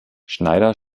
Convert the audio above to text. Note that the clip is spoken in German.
schneider